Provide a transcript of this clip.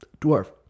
dwarf